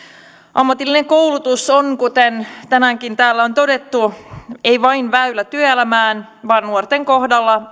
ammatillinen koulutus kuten tänäänkin täällä on todettu ei ole vain väylä työelämään vaan nuorten kohdalla